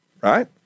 right